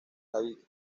david